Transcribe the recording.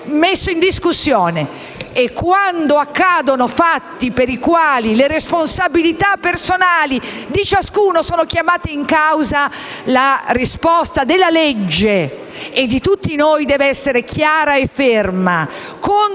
Quando accadono fatti per i quali le responsabilità personali di ciascuno sono chiamate in causa, la risposta della legge e di tutti noi deve essere chiara e ferma, contro